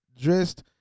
dressed